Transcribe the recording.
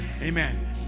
Amen